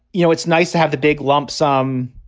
you know, it's nice to have the big lump sum.